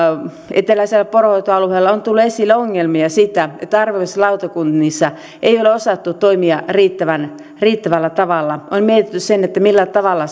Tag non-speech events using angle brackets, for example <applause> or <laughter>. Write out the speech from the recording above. eteläisellä poronhoitoalueella on tullut esille ongelmia siinä että arvioimislautakunnissa ei ole osattu toimia riittävällä tavalla on mietitty sitä millä tavalla <unintelligible>